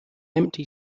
empty